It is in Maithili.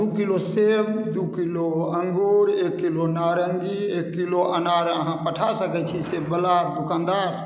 दू किलो सेब दू किलो अँगूर एक किलो नारँगी एक किलो अनार अहाँ पठा सकै छी सेब बला दोकानदार